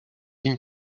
ligne